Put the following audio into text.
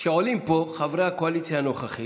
מה שקרה פה הוא שעולים לפה חברי הקואליציה הנוכחית,